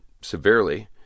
severely